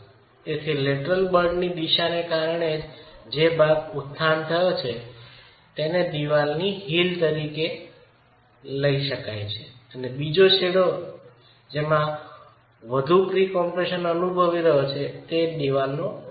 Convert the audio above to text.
તેથી લેટરલ બળની દિશાને કારણે જે ભાગ ઉત્થાન થયો છે તેને દિવાલની હીલ તરીકે સંદર્ભિત કરી શકાય છે અને બીજો છેડો જે હવે ઉચ્ચ પ્રી સંકોચન અનુભવી રહ્યો છે તે દિવાલનો ટોચ છે